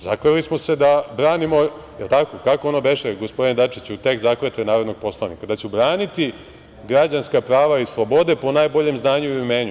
Zakleli smo se da branimo, jel tako, kako ono beše gospodine Dačiću, tekst zakletve narodnog poslanika, „da ću braniti građanska prava i slobode po najboljem znanju i umenju“